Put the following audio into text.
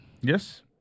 Yes